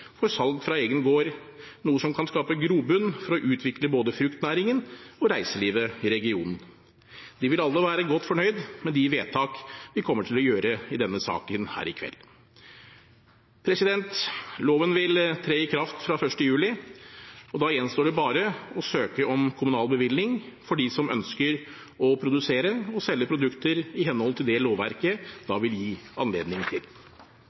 for salg fra egen gård, noe som kan skape grobunn for å utvikle både fruktnæringen og reiselivet i regionen. De vil alle være godt fornøyd med de vedtak vi kommer til å gjøre i denne saken her i kveld. Loven vil tre i kraft fra 1. juli, og da gjenstår det bare å søke om kommunal bevilling for dem som ønsker å produsere og selge produkter i henhold til det lovverket da vil gi anledning til.